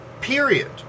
Period